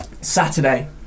Saturday